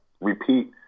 repeat